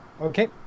Okay